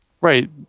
Right